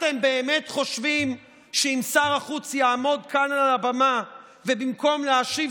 אתם באמת חושבים שאם שר החוץ יעמוד כאן על הבמה ובמקום להשיב